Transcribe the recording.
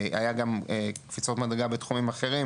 היו גם קפיצות מדרגה בתחומים אחרים,